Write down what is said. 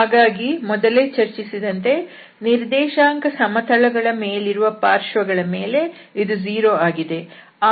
ಹಾಗಾಗಿ ಮೊದಲೇ ಚರ್ಚಿಸಿದಂತೆ ನಿರ್ದೇಶಾಂಕ ಸಮತಲಗಳ ಮೇಲಿರುವ ಪಾರ್ಶ್ವಗಳ ಮೇಲೆ ಇದು 0 ಆಗಿದೆ